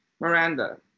Miranda